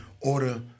order